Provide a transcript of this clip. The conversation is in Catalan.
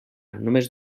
només